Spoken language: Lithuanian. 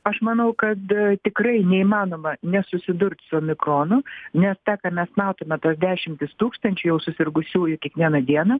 aš manau kad tikrai neįmanoma nesusidurt su omikronu nes tą ką mes matome tuos dešimtis tūkstančių jau susirgusiųjų kiekvieną dieną